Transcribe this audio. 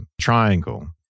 triangle